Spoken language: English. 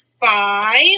five